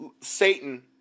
Satan